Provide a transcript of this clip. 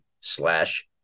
slash